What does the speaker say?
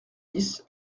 dix